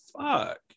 fuck